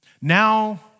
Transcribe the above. Now